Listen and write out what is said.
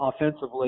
offensively